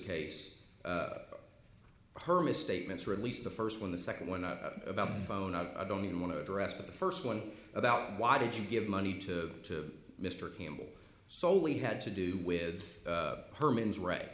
case her misstatements or at least the first one the second one not about the phone i don't even want to address but the first one about why did you give money to mr campbell so we had to do with herman's re